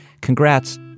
Congrats